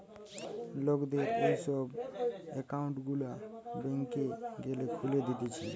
লোকদের এই সব একউন্ট গুলা ব্যাংকে গ্যালে খুলে দিতেছে